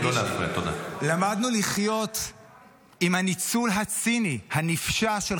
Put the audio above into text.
למדנו לחיות עם ההפקרות הזאת שאנשים